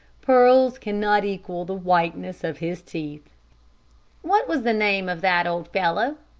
pearls cannot equal the whiteness of his teeth what was the name of that old fellow,